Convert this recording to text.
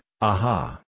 Aha